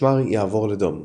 המשמר יעבור לדום,